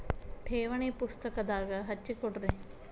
ಠೇವಣಿ ಪುಸ್ತಕದಾಗ ಹಚ್ಚಿ ಕೊಡ್ರಿ